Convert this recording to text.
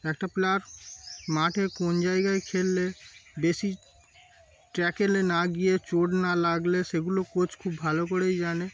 একটা প্লেয়ার মাঠে কোন জায়গায় খেললে বেশি ট্যাকেলে না গিয়ে চোট না লাগলে সেগুলো কোচ খুব ভালো করেই জানে